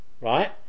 right